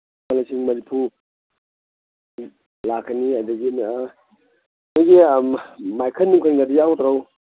ꯂꯨꯄꯥ ꯂꯤꯁꯤꯡ ꯃꯔꯤꯐꯨ ꯂꯥꯛꯀꯅꯤ ꯑꯗꯒꯤ ꯑꯩꯈꯣꯏꯒꯤ ꯃꯥꯏꯈꯟ ꯑꯣꯏꯅꯗꯤ ꯌꯥꯎꯗ꯭ꯔꯣ